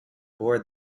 bored